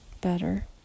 better